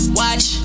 watch